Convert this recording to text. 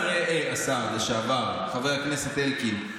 השר לשעבר חבר הכנסת אלקין?